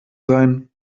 sein